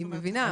אני מבינה.